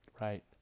Right